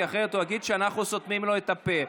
כי אחרת הוא יגיד שאנחנו סותמים לו את הפה.